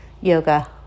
yoga